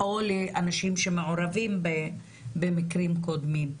או לאנשים שמעורבים במקרים קודמים?